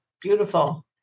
Beautiful